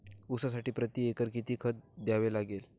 ऊसासाठी प्रतिएकर किती खत द्यावे लागेल?